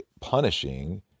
punishing